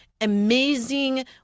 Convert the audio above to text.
amazing